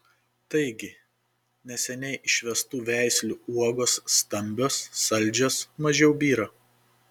taigi neseniai išvestų veislių uogos stambios saldžios mažiau byra